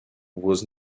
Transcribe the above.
was